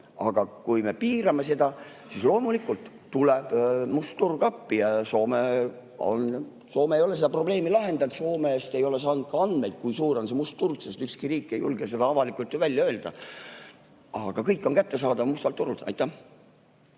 Aga kui me piirame seda, siis loomulikult tuleb must turg appi. Ja Soome ei ole seda probleemi lahendanud. Soomest ei ole kahjuks saadud andmeid, kui suur on see must turg, sest ükski riik ei julge seda avalikult välja öelda. Aga kõik on kättesaadav mustalt turult. Aitäh!